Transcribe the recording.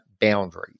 boundaries